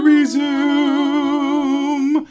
Resume